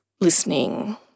listening